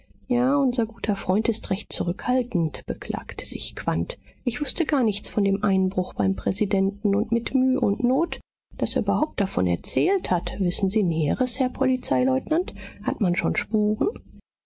unser guter freund ist recht zurückhaltend beklagte sich quandt ich wußte gar nichts von dem einbruch beim präsidenten und mit müh und not daß er überhaupt davon erzählt hat wissen sie näheres herr polizeileutnant hat man schon spuren